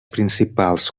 principals